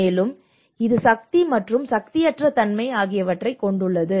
மேலும் இது சக்தி மற்றும் சக்தியற்ற தன்மை ஆகியவற்றைக் கொண்டுள்ளது